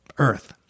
earth